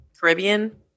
Caribbean